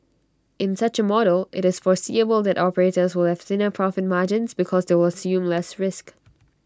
in such A model IT is foreseeable that operators will have thinner profit margins because they will assume less risk